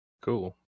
Cool